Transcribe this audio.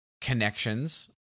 connections